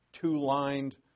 two-lined